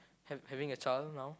hav~ having a child now